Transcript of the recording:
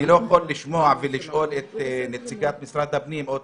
אני לא יכול לשמוע ולשאול את נציגת משרד הפנים או את